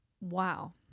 wow